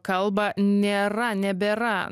kalba nėra nebėra